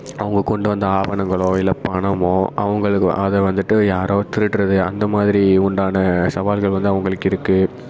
அவங்க கொண்டு வந்த ஆவணங்களோ இல்லை பணமோ அவங்களுக்கு அதை வந்துவிட்டு யாரோ திருடுகிறது அந்தமாதிரி உண்டான சவால்கள் வந்து அவங்களுக்கு இருக்கு